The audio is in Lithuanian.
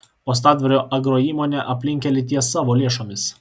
uostadvario agroįmonė aplinkkelį ties savo lėšomis